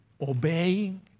Obeying